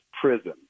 prison